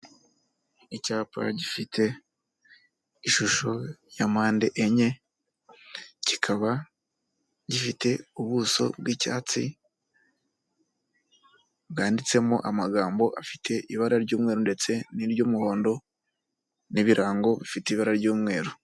Icyapa gifite ishusho ya mpande enye, kikaba gifite ubuso bw'icyatsi bwanditsemo amagambo afite ibara ry'umweru ndetse n'iry'umuhondo, n'ibirango bifite ibara ry'umweru.